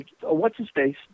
What's-His-Face